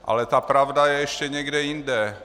Ale pravda je ještě někde jinde.